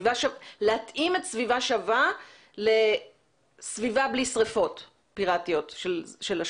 להתאים את "סביבה שווה" לסביבה בלי שריפות פירטיות של אשפה?